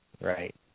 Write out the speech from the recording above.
right